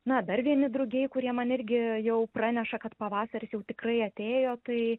na dar vieni drugiai kurie man irgi jau praneša kad pavasaris jau tikrai atėjo tai